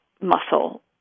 muscle